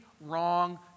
wrong